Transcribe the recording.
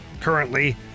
currently